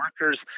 workers